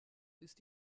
ist